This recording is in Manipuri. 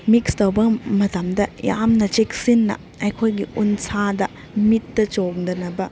ꯃꯤꯛꯁ ꯇꯧꯕ ꯃꯇꯝꯗ ꯌꯥꯝꯅ ꯆꯦꯛꯁꯤꯟꯅ ꯑꯩꯈꯣꯏꯒꯤ ꯎꯟꯁꯥꯗ ꯃꯤꯠꯇ ꯆꯣꯡꯗꯅꯕ